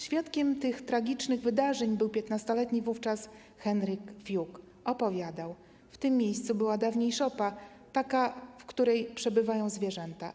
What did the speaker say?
Świadkiem tych tragicznych wydarzeń był 15-letni wówczas Henryk Fiuk, który opowiadał: W tym miejscu była dawniej szopa, taka, w której przebywają zwierzęta.